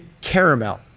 caramel